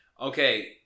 Okay